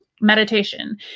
meditation